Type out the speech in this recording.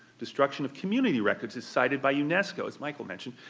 destruction of community records is cited by unesco, as michael mentioned,